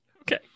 Okay